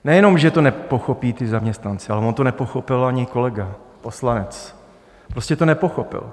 Nejenom že to nepochopí ti zaměstnanci, ale on to nepochopil ani kolega poslanec prostě to nepochopil.